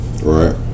Right